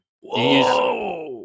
whoa